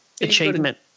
achievement